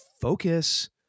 focus